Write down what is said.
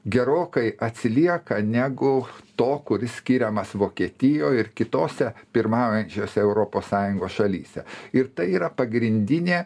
gerokai atsilieka negu to kuris skiriamas vokietijoj ir kitose pirmaujančiose europos sąjungos šalyse ir tai yra pagrindinė